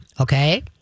Okay